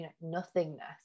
nothingness